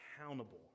accountable